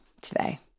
today